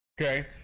Okay